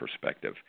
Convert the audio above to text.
perspective